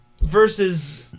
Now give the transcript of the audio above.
Versus